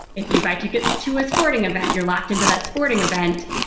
if you buy tickets to a sporting event, you're locked into that sporting event.